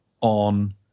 on